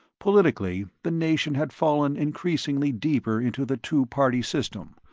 politically, the nation had fallen increasingly deeper into the two-party system,